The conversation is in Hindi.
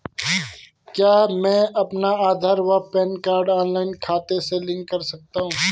क्या मैं अपना आधार व पैन कार्ड ऑनलाइन खाते से लिंक कर सकता हूँ?